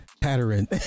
pattern